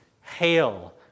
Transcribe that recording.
Hail